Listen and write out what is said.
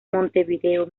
montevideo